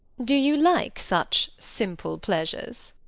do you like such simple pleasures?